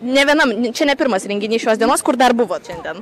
nė vienam čia ne pirmas renginys šios dienos kur dar buvot šiandien